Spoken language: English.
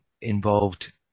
involved